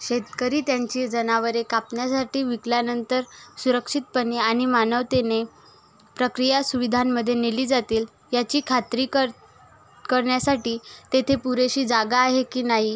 शेतकरी त्यांची जनावरे कापण्यासाठी विकल्यानंतर सुरक्षितपणे आणि मानवतेने प्रक्रिया सुविधांमध्ये नेली जातील याची खात्री कर् करण्यासाठी तेथे पुरेशी जागा आहे की नाही